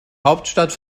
hauptstadt